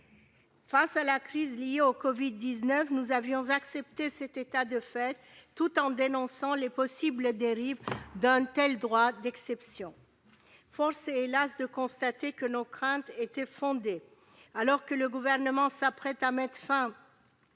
Face à la crise liée au Covid-19, nous avions accepté cet état de fait, tout en dénonçant les possibles dérives d'un tel droit d'exception. Force est de constater, hélas, que nos craintes étaient fondées : alors que le Gouvernement s'apprête à mettre fin